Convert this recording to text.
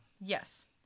Yes